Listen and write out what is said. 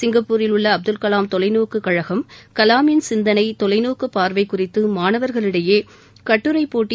சிங்கப்பூரில் உள்ள அப்துல்கலாம் தொலைநோக்கு கழகம் கலாமின் சிந்தனை தொலைநோக்கு பார்வை குறித்து மாணவர்களிடையே கட்டுரைப்போட்டி